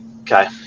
okay